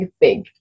big